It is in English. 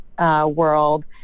world